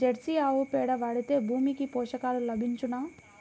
Jersey ఆవు పేడ వాడితే భూమికి పోషకాలు లభించునా?